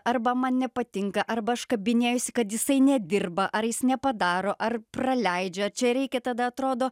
arba man nepatinka arba aš kabinėjuosi kad jisai nedirba ar jis nepadaro ar praleidžia čia reikia tada atrodo